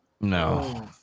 No